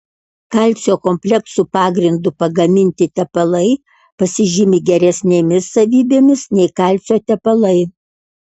kalcio kompleksų pagrindu pagaminti tepalai pasižymi geresnėmis savybėmis nei kalcio tepalai